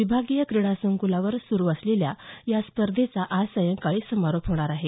विभागीय क्रिडा संकुलावर सुरू असलेल्या या स्पर्धेचा आज सायंकाळी समारोप होणार आहे